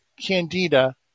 candida